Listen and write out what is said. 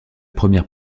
première